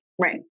right